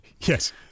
Yes